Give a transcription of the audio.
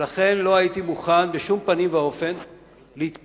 ולכן לא הייתי מוכן בשום פנים ואופן להתפשר,